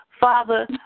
Father